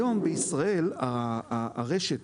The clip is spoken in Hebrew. היום, בישראל, ברשת